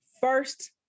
First